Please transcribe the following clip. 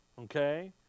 Okay